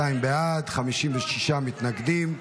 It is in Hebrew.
בעד, 56 מתנגדים,